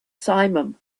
simum